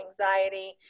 anxiety